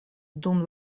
dum